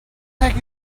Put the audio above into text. heck